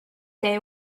they